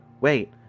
wait